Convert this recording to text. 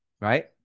right